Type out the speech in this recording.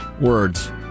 words